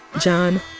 John